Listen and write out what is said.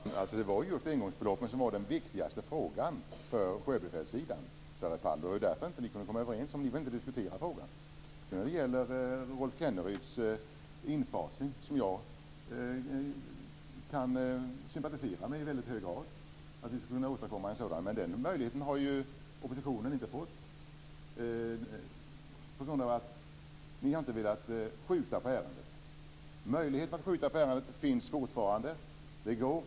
Herr talman! Det var just engångsbeloppen som var den viktigaste frågan för sjöbefälssidan, Sverre Palm. Det var därför ni inte kunde komma överens, och ni får inte diskutera frågan. Rolf Kenneryds infasning kan jag sympatisera med i väldigt hög grad. Vi skulle kunna åstadkomma en sådan. Men den möjligheten har oppositionen inte fått på grund av att ni inte har velat skjuta på ärendet. Möjligheten att skjuta på ärendet finns fortfarande. Det går.